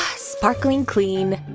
sparkling clean.